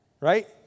right